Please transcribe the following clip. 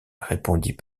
répondit